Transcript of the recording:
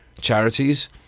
charities